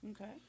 Okay